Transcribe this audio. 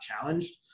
challenged